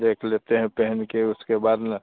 देख लेते हैं पहन के उसके बाद ना